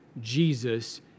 Jesus